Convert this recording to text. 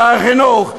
שר החינוך,